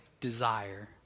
desire